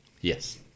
Yes